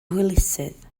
hwylusydd